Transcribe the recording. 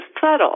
subtle